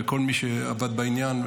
לכל מי שעבד בעניין,